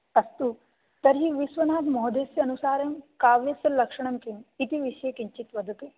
अस्तु तर्हि विश्वनाथमहोदयस्य अनुसारं काव्यस्य लक्षणं किम् इति विषये किञ्चित् वदतु